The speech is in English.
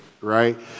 right